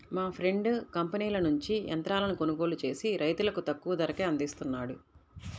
మా ఫ్రెండు కంపెనీల నుంచి యంత్రాలను కొనుగోలు చేసి రైతులకు తక్కువ ధరకే అందిస్తున్నాడు